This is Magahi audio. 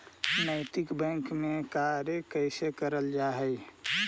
नैतिक बैंक में कार्य कैसे करल जा हई